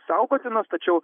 saugotinos tačiau